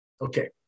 Okay